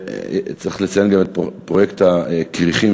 צריך לציין גם את "פרויקט הכריכים",